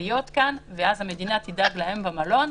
כאשר המדינה תדאג להם במלון,